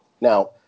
Now